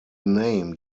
name